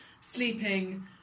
sleeping